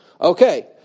Okay